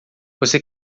você